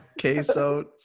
queso